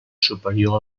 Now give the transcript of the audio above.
superior